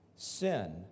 sin